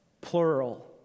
plural